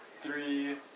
three